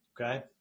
Okay